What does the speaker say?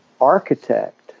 architect